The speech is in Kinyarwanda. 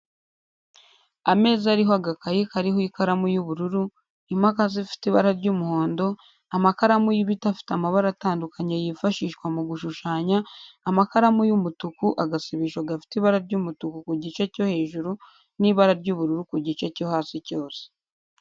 Ameza ariho agakaye kariho ikaramu y'ubururu, imakasi ifite ibara ry'umuhondo, amakaramu y'ibiti afite amabara atandukanye yifashishwa mu gushushanya, amakaramu y'umutuku, agasibisho gafite ibara ry'umutuku ku gice cyo hejuru n'ibara ry'ubururu ku gice cyo hasi cyose.